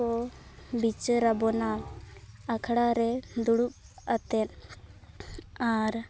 ᱠᱚ ᱵᱤᱪᱟᱹᱨᱟᱵᱚᱱᱟ ᱟᱠᱷᱲᱟᱟ ᱨᱮ ᱰᱩᱲᱩᱵ ᱟᱛᱮᱫ ᱟᱨ